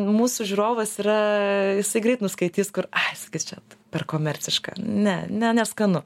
mūsų žiūrovas yra jisai greit nuskaitys kur sakys čia per komerciška ne ne neskanu